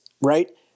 right